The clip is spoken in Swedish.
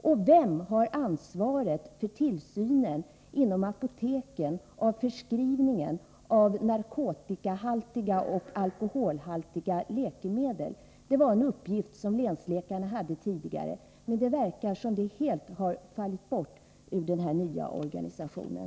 Och vem har ansvaret för tillsynen inom apoteken av förskrivningen av narkotikahaltiga och alkoholhaltiga läkemedel? Det var en uppgift som länsläkarna tidigare hade. Men det verkar som om den helt har fallit bort i den nya organisationen.